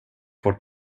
vårt